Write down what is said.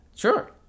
Sure